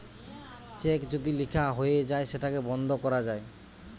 check যদি লিখা হয়ে যায় সেটাকে বন্ধ করা যায়